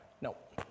Nope